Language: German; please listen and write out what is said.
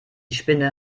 spinne